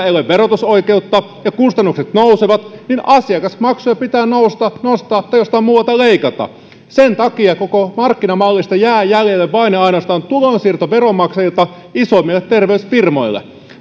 ei ole verotusoikeutta ja kustannukset nousevat niin asiakasmaksuja pitää nostaa tai jostain muualta leikata sen takia koko markkinamallista jää jäljelle vain ja ainoastaan tulonsiirto veronmaksajilta isoimmille terveysfirmoille